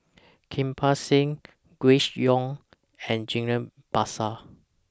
Kirpal Singh Grace Young and Ghillie BaSan